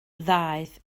ddaeth